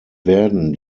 werden